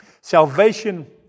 salvation